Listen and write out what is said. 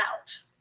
out